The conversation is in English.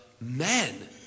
men